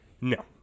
No